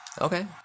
Okay